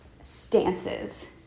stances